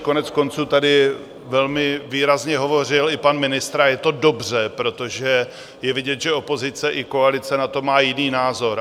Koneckonců tady velmi výrazně hovořil i pan ministr a je to dobře, protože je vidět, že opozice i koalice na to má jiný názor.